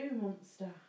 monster